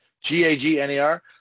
G-A-G-N-E-R